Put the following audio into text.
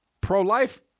pro-life